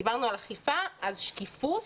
דיברנו על אכיפה ואני רוצה גם שקיפות.